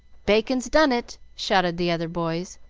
bacon's done it! shouted the other boys,